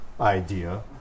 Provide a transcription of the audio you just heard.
idea